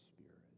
Spirit